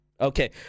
Okay